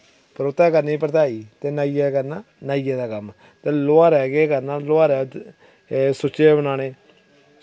परोह्तै करना परोह्ताई ते नाइयै करना नाइये दा कम्म ते लुहारै केह् करना लुहारै एह् सुच्चे बनाने